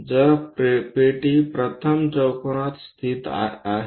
तर पेटी प्रथम चौकोनात स्थित आहे